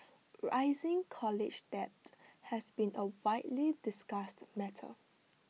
rising college debt has been A widely discussed matter